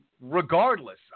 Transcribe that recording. regardless